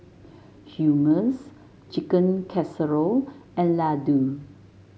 Hummus Chicken Casserole and Ladoo